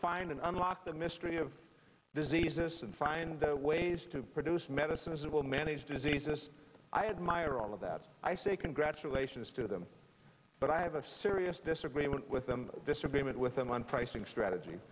an unlock the mystery of diseases and find ways to produce medicine as it will manage diseases i admire all of that i say congratulations to them but i have a serious disagreement with them disagreement with them on pricing strategy